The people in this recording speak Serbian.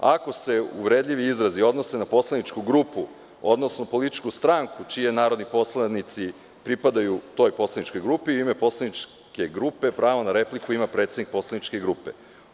Ako se uvredljivi izrazi odnose na poslaničku grupu, odnosno političku stranku kojoj narodni poslanici pripadaju, u ime poslaničke grupe pravo na repliku ima predsednik poslaničke grupe.